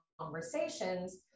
conversations